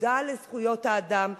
האגודה לזכויות האדם,